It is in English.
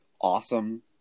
awesome